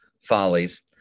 Follies